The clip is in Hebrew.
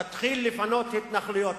תתחיל לפנות התנחלויות,